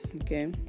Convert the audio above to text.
okay